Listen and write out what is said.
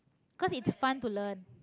'cause it's fun to learn